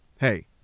Hey